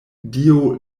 dio